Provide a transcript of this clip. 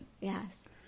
Yes